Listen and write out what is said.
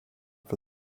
for